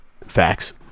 facts